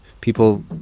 people